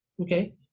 okay